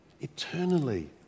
eternally